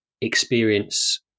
experience